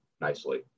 nicely